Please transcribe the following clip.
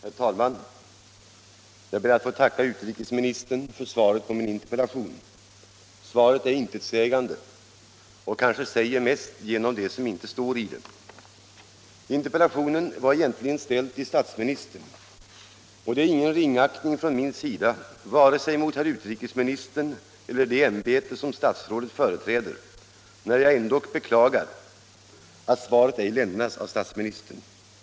Herr talman! Jag ber att få tacka utrikesministern för svaret på min interpellation. Svaret är intetsägande och säger kanske mest genom det som inte står i det. Interpellationen var egentligen ställd till statsministern, och det är ing en ringaktning från min sida mot vare sig herr utrikesministern eller det ämbete som statsrådet företräder, när jag ändock beklagar att svaret ej lämnas av statsministern.